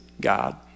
God